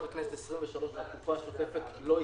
לכנסת ה-23 והתקופה השוטפת לא הסתיים.